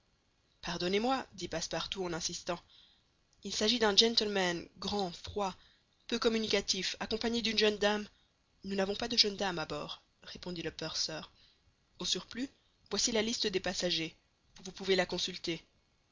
pardonnez-moi dit passepartout en insistant il s'agit d'un gentleman grand froid peu communicatif accompagné d'une jeune dame nous n'avons pas de jeune dame à bord répondit le purser au surplus voici la liste des passagers vous pouvez la consulter